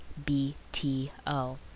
BTO